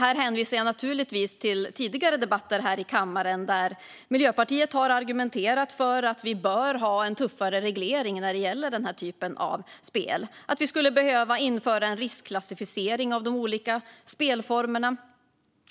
Jag hänvisar till tidigare debatter i kammaren då Miljöpartiet har argumenterat för att man bör ha en tuffare reglering när det gäller denna typ av spel, att det skulle behöva införas en riskklassificering av de olika spelformerna